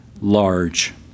large